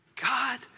God